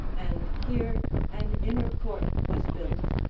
and here an inner-court was built,